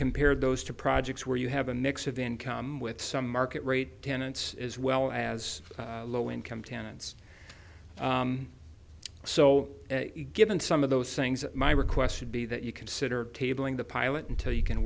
compare those to projects where you have a mix of income with some market rate tenants as well as low income tenants so given some of those things my requests should be that you consider tabling the pilot until you can